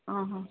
অঁ অঁ